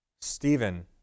stephen